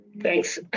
Thanks